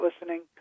listening